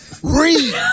Read